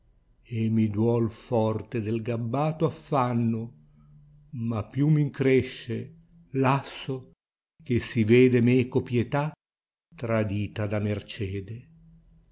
e mi duol forte del gabbato affanno ma più m incresce lasso che si vede meco pietà tradita da mercede